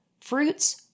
Fruits